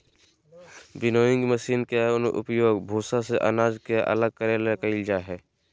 winnowing machine के उपयोग भूसा से अनाज के अलग करे लगी कईल जा हइ